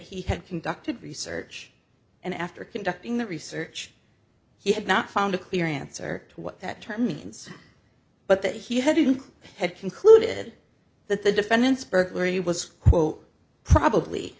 he had conducted research and after conducting the research he had not found a clear answer to what that term means but that he hadn't had concluded that the defendant's burglary was quote probably